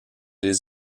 les